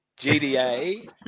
GDA